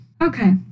Okay